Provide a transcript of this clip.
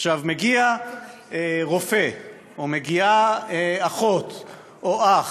עכשיו, מגיע רופא או מגיעה אחות או אח